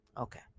Okay